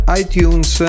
iTunes